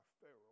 Pharaoh